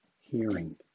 hearing